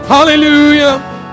Hallelujah